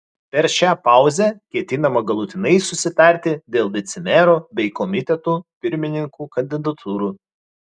per šią pauzę ketinama galutinai susitarti dėl vicemerų bei komitetų pirmininkų kandidatūrų